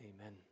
amen